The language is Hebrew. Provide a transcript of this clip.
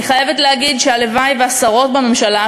אני חייבת להגיד שהלוואי שהשרות בממשלה,